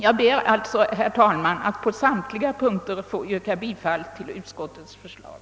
Jag ber alltså, herr talman, att på samtliga punkter få yrka bifall till utskottets förslag.